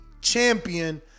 champion